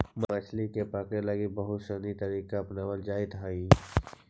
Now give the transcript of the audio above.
मछली के पकड़े लगी बहुत सनी तरीका अपनावल जाइत हइ